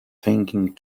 thinking